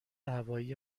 هوایی